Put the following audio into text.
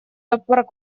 почему